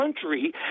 country